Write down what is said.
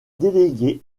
délégué